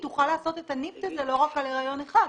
היא תוכל לעשות את ה-NIPT הזה לא רק על הריון אחד,